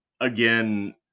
again